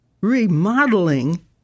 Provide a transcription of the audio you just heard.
Remodeling